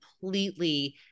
completely